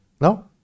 No